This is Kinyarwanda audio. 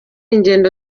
ingendo